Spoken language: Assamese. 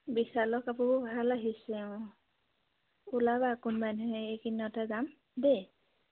বিশালৰ কাপোৰবোৰ ভাল আহিছে অঁ ওলাবা কোনোবা এদিন এই কেইদিনতে যাম দেই